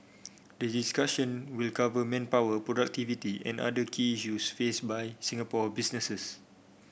the discussion will cover manpower productivity and other key issues faced by Singapore businesses